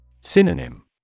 Synonym